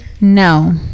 No